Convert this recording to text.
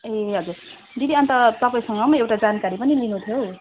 ए हजर दिदी अन्त तपाईँसँग पनि एउटा जानकारी पनि लिनु थियो हौ